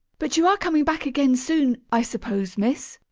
but you are coming back again soon, i suppose, miss?